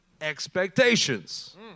expectations